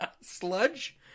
Sludge